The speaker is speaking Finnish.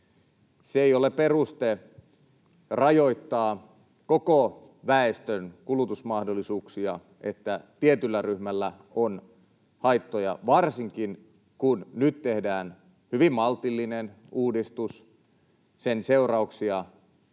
Se ei ole peruste rajoittaa koko väestön kulutusmahdollisuuksia, että tietyllä ryhmällä on haittoja, varsinkin kun nyt tehdään hyvin maltillinen uudistus, sen seurauksia